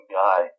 guy